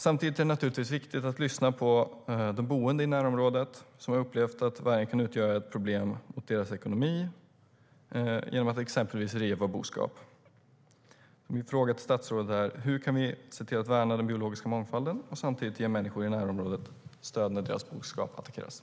Samtidigt är det naturligtvis viktigt att lyssna på de boende i närområdet som har upplevt att vargen kan utgöra ett problem mot deras ekonomi genom att exempelvis riva boskap.